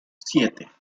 siete